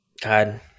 God